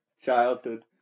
childhood